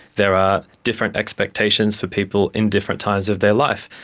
there are different expectations for people in different times of their life,